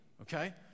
okay